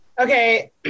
Okay